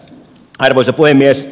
arvoisa puhemies